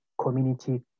community